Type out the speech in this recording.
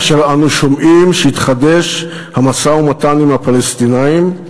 כאשר אנו שומעים שהתחדש המשא-ומתן עם הפלסטינים,